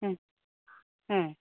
ಹ್ಞೂ ಹ್ಞೂ